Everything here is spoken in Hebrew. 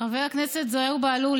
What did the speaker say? חבר הכנסת זוהיר בהלול,